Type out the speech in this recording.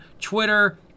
Twitter